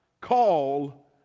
Call